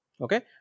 Okay